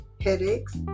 headaches